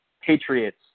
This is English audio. Patriots